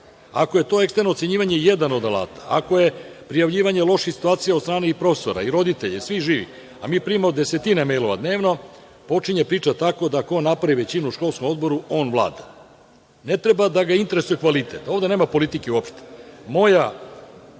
Ako je to eksterno ocenjivanje jedan od alata, ako je prijavljivanje loših situacija od strane profesora i roditelja i svih živih, a mi primamo desetine mejlova dnevno, počinje priča tako da ko napravi većinu u školskom odboru, on vlada. Ne treba da ga interesuje kvalitet. Ovde nema politike uopšte.